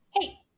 Hey